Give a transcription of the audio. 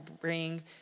bring